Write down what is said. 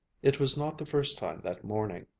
it was not the first time that morning.